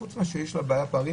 שחוץ מזה שיש לה בעיית פערים,